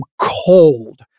cold